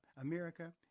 America